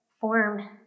form